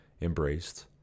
embraced